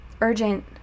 urgent